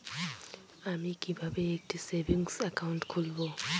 আমি কিভাবে একটি সেভিংস অ্যাকাউন্ট খুলব?